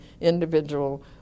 individual